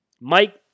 Mike